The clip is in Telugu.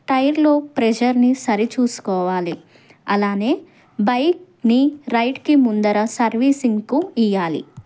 టైర్లో ప్రెజర్ని సరిచూసుకోవాలి అలానే బైక్ని రైడ్కి ముందర సర్వీసింగ్కు ఇయ్యాలి